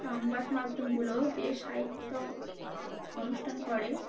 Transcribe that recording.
সংবাদ মাধ্যমগুলো যে সাহিত্য অনুষ্ঠান করে